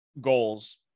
goals